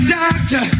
doctor